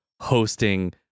hosting